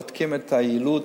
בודקים את היעילות,